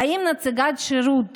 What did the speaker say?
האם נציגת שירות